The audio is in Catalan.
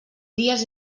dies